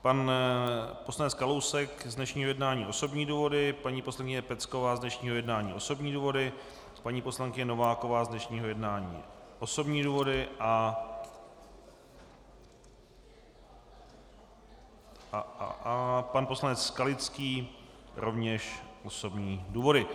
Pan poslanec Kalousek z dnešního jednání osobní důvody, paní poslankyně Pecková z dnešního jednání osobní důvody, paní poslankyně Nováková z dnešního jednání osobní důvody, pan poslanec Skalický rovněž osobní důvody.